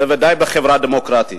בוודאי בחברה דמוקרטית.